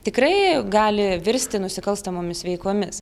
tikrai gali virsti nusikalstamomis veikomis